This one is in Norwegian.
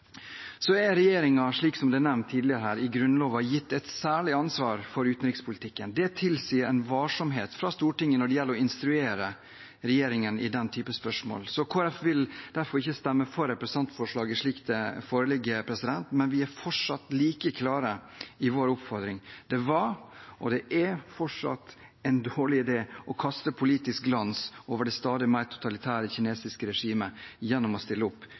er, som nevnt tidligere i dag, i henhold til Grunnloven gitt et særlig ansvar for utenrikspolitikken. Det tilsier en varsomhet fra Stortinget når det gjelder å instruere regjeringen i den typen spørsmål. Kristelig Folkeparti vil derfor ikke stemme for representantforslaget, slik det foreligger. Men vi er fortsatt like klare i vår oppfordring: Det var og er fortsatt en dårlig idé å kaste politisk glans over det stadig mer totalitære kinesiske regimet gjennom å stille opp